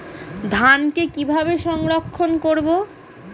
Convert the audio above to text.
ধানকে কিভাবে সংরক্ষণ করব?